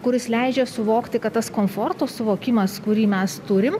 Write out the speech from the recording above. kuris leidžia suvokti kad tas komforto suvokimas kurį mes turim